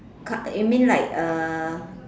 k~ you mean like uh